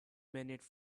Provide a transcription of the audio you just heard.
minutes